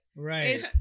Right